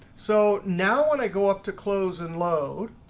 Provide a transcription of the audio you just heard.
so now when i go up to close and load,